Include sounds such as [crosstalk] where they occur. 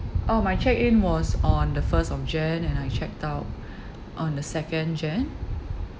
oh my check-in was on the first of jan and I checked out [breath] on the second jan